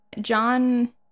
John